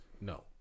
No